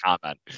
comment